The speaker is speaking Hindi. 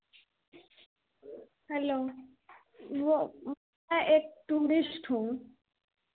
हेलो वह मैं एक टूरिस्ट हूँ